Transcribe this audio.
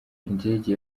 indege